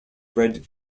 red